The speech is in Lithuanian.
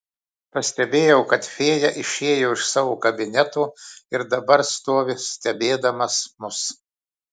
pastebėjau kad fėja išėjo iš savo kabineto ir dabar stovi stebėdamas mus